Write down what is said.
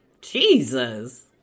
Jesus